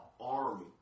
army